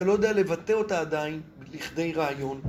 אתה לא יודע לבטא אותה עדיין, לכדי רעיון.